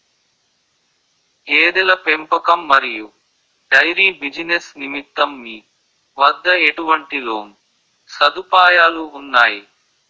గేదెల పెంపకం మరియు డైరీ బిజినెస్ నిమిత్తం మీ వద్ద ఎటువంటి లోన్ సదుపాయాలు ఉన్నాయి?